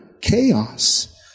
chaos